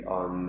on